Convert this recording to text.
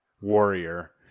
warrior